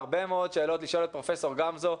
את פרופ' גמזו: